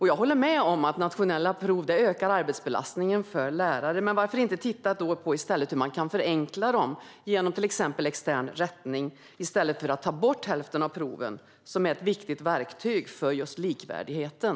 Jag håller med om att nationella prov ökar arbetsbelastningen för lärare, men varför inte titta på hur man kan förenkla genom exempelvis extern rättning i stället för att ta bort hälften av proven, som är ett viktigt verktyg för likvärdigheten?